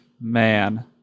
man